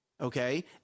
okay